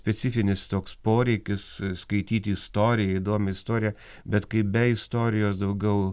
specifinis toks poreikis skaityti istoriją įdomią istoriją bet kai be istorijos daugiau